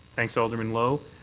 thanks, alderman lowe.